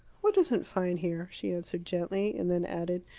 what isn't fine here? she answered gently, and then added,